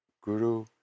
Guru